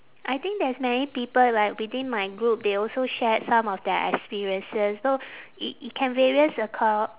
I think there's many people like within my group they also shared some of their experiences so i~ it can various acro~